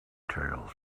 tales